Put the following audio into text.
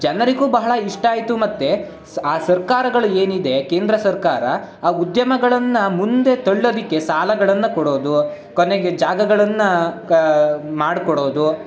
ಜನರಿಗೂ ಬಹಳ ಇಷ್ಟ ಆಯಿತು ಮತ್ತು ಸ್ ಆ ಸರ್ಕಾರಗಳು ಏನಿದೆ ಕೇಂದ್ರ ಸರ್ಕಾರ ಆ ಉದ್ಯಮಗಳನ್ನು ಮುಂದೆ ತಳ್ಳೋದಕ್ಕೆ ಸಾಲಗಳನ್ನು ಕೊಡೋದು ಕೊನೆಗೆ ಜಾಗಗಳನ್ನು ಕಾ ಮಾಡಿಕೊಡೋದು